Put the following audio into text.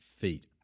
feet